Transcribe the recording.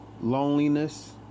loneliness